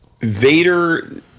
Vader